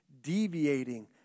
deviating